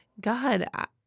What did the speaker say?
God